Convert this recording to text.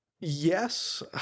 Yes